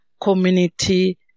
community